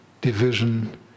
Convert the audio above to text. division